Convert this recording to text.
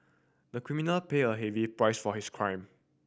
the criminal paid a heavy price for his crime